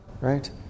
Right